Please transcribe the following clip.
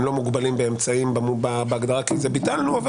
הם לא מוגבלים באמצעים בהגדרה כי את זה ביטלנו אבל